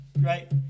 right